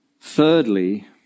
Thirdly